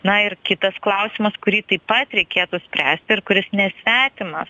na ir kitas klausimas kurį taip pat reikėtų spręsti ir kuris nesvetimas